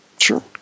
Sure